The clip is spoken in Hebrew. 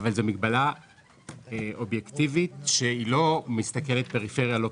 אבל זו מגבלה אובייקטיבית שלא מסתכלת פריפריה או לא.